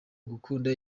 gukunda